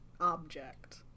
object